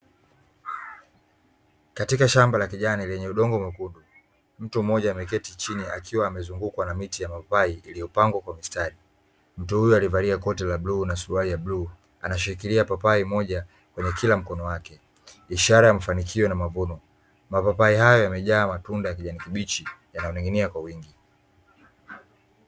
Katika shamba la kijani lenye udongo mwekundu, mtu mmoja ameketi chini akiwa amezungukwa na miti ya mapapai, iliyopangwa kwa mistari. Mtu huyu amevalia koti la bluu na surauali ya bluu ameshikilia papai moja kwenye kila mkono wake, ishara ya mafanikio na mavuno. Mapapai haya yamejaa matunda ya kijani kibichi yanayoning’inia kwa wingi.